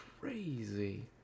crazy